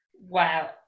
Wow